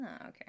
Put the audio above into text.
okay